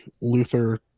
Luther